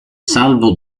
salvo